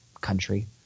country